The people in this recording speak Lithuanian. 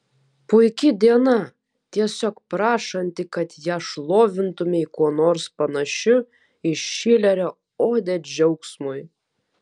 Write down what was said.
puiki diena tiesiog prašanti kad ją šlovintumei kuo nors panašiu į šilerio odę džiaugsmui